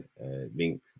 link